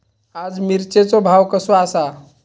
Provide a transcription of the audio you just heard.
आज मिरचेचो भाव कसो आसा?